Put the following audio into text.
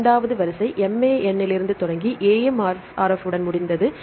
இரண்டாவது வரிசை 'MAN இலிருந்து தொடங்கி 'AMRF' உடன் முடிந்தது